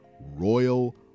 Royal